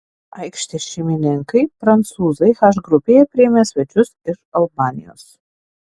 aikštės šeimininkai prancūzai h grupėje priėmė svečius iš albanijos